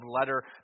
letter